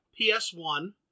PS1